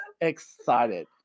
excited